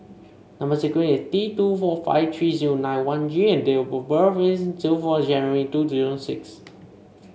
number sequence is T two four five three zero nine one G and date of birth is zero four January two zero six